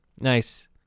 nice